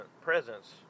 presence